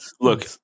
look